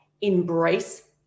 embrace